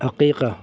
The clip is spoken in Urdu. عقیقہ